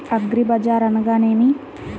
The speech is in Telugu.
అగ్రిబజార్ అనగా నేమి?